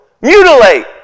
mutilate